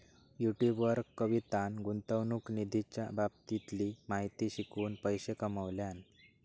YouTube वर कवितान गुंतवणूक निधीच्या बाबतीतली माहिती शिकवून पैशे कमावल्यान